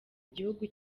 igihugu